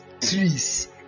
trees